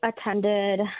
attended